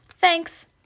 thanks